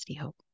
Hope